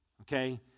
okay